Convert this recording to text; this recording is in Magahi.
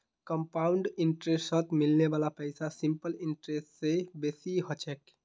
कंपाउंड इंटरेस्टत मिलने वाला पैसा सिंपल इंटरेस्ट स बेसी ह छेक